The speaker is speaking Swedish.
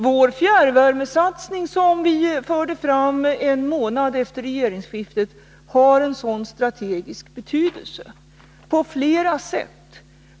Vår fjärrvärmesatsning, som vi förde fram en månad efter regeringsskiftet, har en sådan strategisk betydelse på flera sätt.